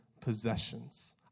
possessions